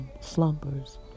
slumbers